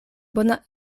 bona